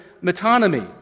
metonymy